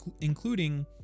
including